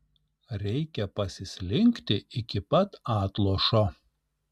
reikia pasislinkti iki pat atlošo